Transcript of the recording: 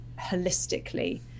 holistically